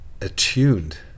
attuned